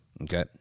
Okay